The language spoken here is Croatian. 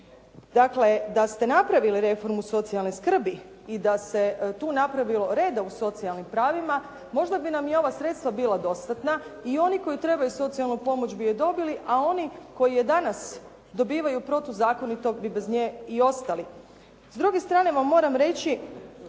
Dakle, da ste napravili reformu socijalne skrbi i da se tu napravilo reda u socijalnim pravima, možda bi nam i ova sredstva bila dostatna i oni koji trebaju socijalnu pomoć bi je dobili, a oni koji je danas dobivaju protuzakonito bi bez nje i ostali. S druge strane vam moram reći